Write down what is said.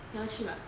要去吗